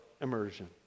immersion